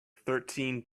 thirteen